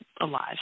alive